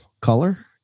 color